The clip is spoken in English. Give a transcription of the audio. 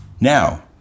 Now